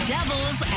Devils